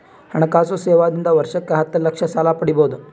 ಹಣಕಾಸು ಸೇವಾ ದಿಂದ ವರ್ಷಕ್ಕ ಹತ್ತ ಲಕ್ಷ ಸಾಲ ಪಡಿಬೋದ?